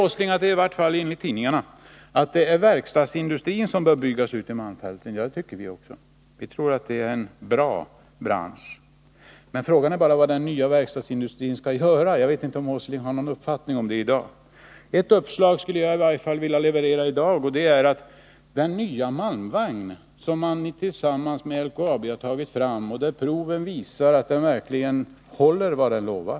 Nils Åsling säger — i vart fall enligt tidningarna — att det är verkstadsindustrin som bör byggas ut i malmfälten. Ja, det tycker vi också. Vi tror att det är en bra bransch. Men frågan är bara vad en sådan utbyggd verkstadsindustri skall göra. Kan Nils Åsling redovisa sin uppfattning om det i dag? Ett uppslag som jag skulle vilja lämna gäller den nya malmvagn som man tagit fram tillsammans med LKAB. Utprovningen av den visar att den verkligen håller vad den lovat.